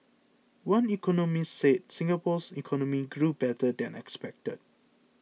one economist said Singapore's economy grew better than expected